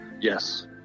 Yes